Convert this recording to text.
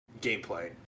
gameplay